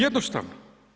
Jednostavno.